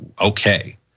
okay